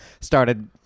started